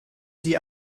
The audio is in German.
sie